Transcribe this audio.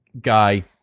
guy